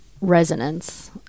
resonance